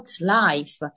life